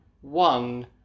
one